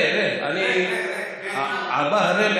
עבאהרה.